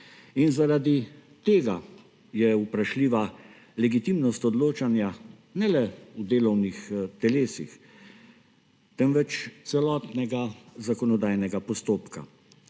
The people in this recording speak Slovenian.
In zaradi tega je vprašljiva legitimnost odločanja ne le v delovnih telesih, temveč celotnega zakonodajnega postopka.